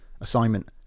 assignment